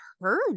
heard